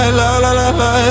la-la-la-la